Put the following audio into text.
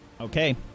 Okay